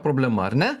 problema ar ne